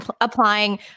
applying